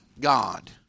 God